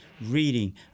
reading